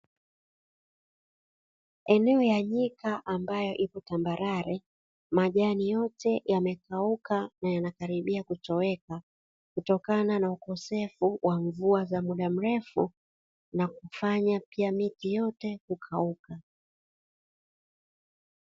Eneo ya nyika ambayo ipo tambalare, majani yote yamekauka na yanakalibia kutoweka, kutokana na ukosefu wa mvua za muda mrefu, na kufanya pia miti yote kukauka.